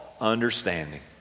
understanding